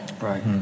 Right